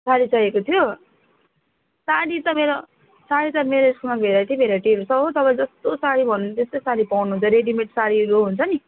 साडी चाहिएको थियो साडी त मेरो साडी त मेरो उयसमा भेराइटी भेराइटीहरू छ हौ तपाईँलाई जस्तो भन्यो त्यस्तै साडी पाउनु हुन्छ रेडी मेड साडीहरू हुन्छ नि